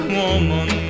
woman